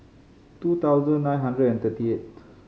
two thousand nine hundred and thirty eighth